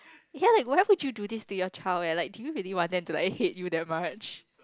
ya like why would you do this to your child and like do you really want them to like hate you that much